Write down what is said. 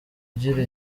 igira